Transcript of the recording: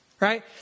Right